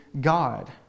God